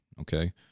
Okay